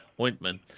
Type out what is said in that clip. ointment